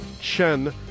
Chen